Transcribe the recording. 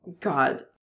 God